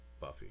Buffy